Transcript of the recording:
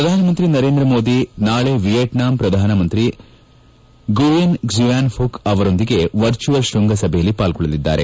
ಪ್ರಧಾನಮಂತ್ರಿ ನರೇಂದ್ರ ಮೋದಿ ನಾಳೆ ವಿಯಟ್ನಾಂ ಪ್ರಧಾನಿ ಗುಯೆನ್ ಕ್ಕು ಆನ್ ಫುಕ್ ಅವರೊಂದಿಗೆ ವರ್ಚುಯಲ್ ಶೃಂಗ ಸಭೆಯಲ್ಲಿ ಪಾಲ್ಗೊಳ್ಳಲಿದ್ದಾರೆ